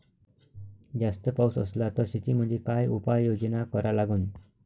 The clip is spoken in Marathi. जास्त पाऊस असला त शेतीमंदी काय उपाययोजना करा लागन?